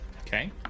Okay